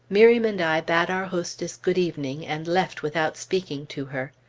miriam and i bade our hostess good-evening and left without speaking to her.